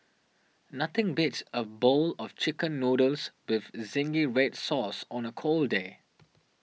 nothing beats a bowl of Chicken Noodles with Zingy Red Sauce on a cold day